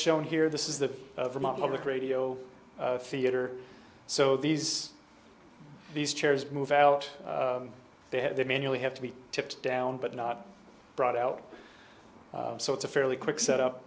shown here this is the of vermont public radio theater so these these chairs move out they had to manually have to be tipped down but not brought out so it's a fairly quick set up